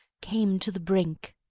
came to the brink.